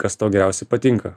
kas tau geriausiai patinka